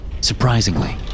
Surprisingly